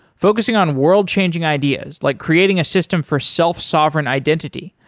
focusing on world-changing ideas like creating a system for self-sovereign identity,